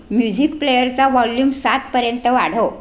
music प्लेयरचा volume सातपर्यंत वाढव